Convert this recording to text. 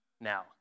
now